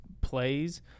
plays